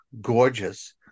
gorgeous